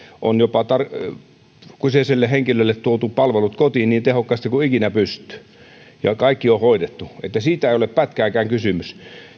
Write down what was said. on kyseisille henkilöille jopa tuotu palvelut kotiin niin tehokkaasti kuin ikinä pystyy ja kaikki on hoidettu eli siitä ei ole pätkääkään kysymys